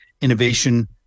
innovation